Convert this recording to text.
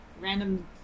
random